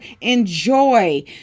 enjoy